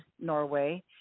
Norway